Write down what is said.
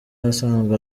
asanzwe